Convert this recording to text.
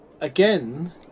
again